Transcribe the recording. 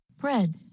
Bread